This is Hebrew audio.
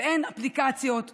ואין אפליקציות ייעודיות,